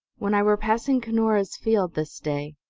when i were passing cunora's field this day,